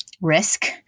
risk